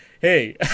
hey